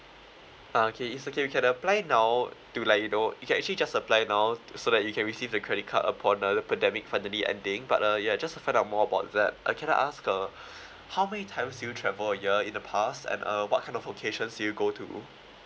ah okay it's okay you can apply now to like you know you can actually just apply now so that you can receive the credit card upon the pandemic finally ending but uh ya just to find out more about that uh can I ask uh how many times do you travel a year in the past and uh what kind of locations do you go to